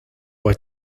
were